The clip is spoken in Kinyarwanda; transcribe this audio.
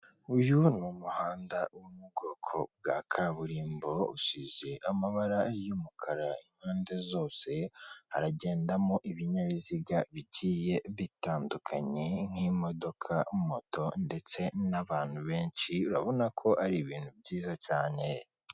Uyu ni umuhanda uri mu bwoko bwa kaburimbo usize amabara y'umukara impande zose, haragendamo ibinyabiziga bigiye bitandukanye nk'imodoka, moto ndetse n'abantu benshi urabona ko ari ibintu byiza cyane.